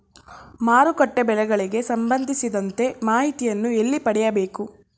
ಮಾರುಕಟ್ಟೆ ಬೆಲೆಗಳಿಗೆ ಸಂಬಂಧಿಸಿದಂತೆ ಮಾಹಿತಿಯನ್ನು ಎಲ್ಲಿ ಪಡೆಯಬೇಕು?